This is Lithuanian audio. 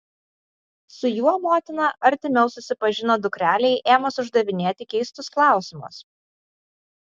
su juo motina artimiau susipažino dukrelei ėmus uždavinėti keistus klausimus